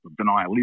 denialism